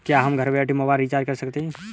क्या हम घर बैठे मोबाइल रिचार्ज कर सकते हैं?